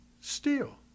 steel